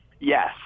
Yes